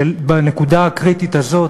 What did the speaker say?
שבנקודה הקריטית הזאת,